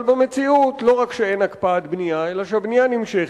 אבל במציאות לא רק שאין הקפאת בנייה אלא שהבנייה נמשכת,